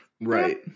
Right